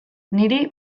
niri